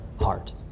heart